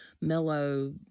mellow